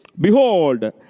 Behold